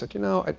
like you know,